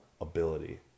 ability